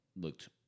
looked